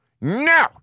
no